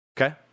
Okay